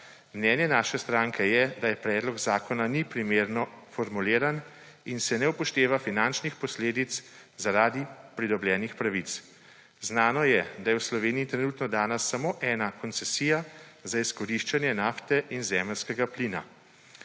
Mnenje naše stranke je, da predlog zakona ni primerno formuliran in se ne upošteva finančnih posledic zaradi pridobljenih pravic. Znano je, da je v Sloveniji trenutno dana samo ena koncesija za izkoriščanje nafte in zemeljskega plina.